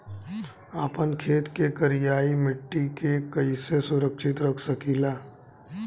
आपन खेत के करियाई माटी के कइसे सुरक्षित रख सकी ला?